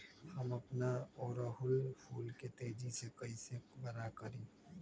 हम अपना ओरहूल फूल के तेजी से कई से बड़ा करी?